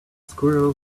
squirrel